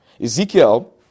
Ezekiel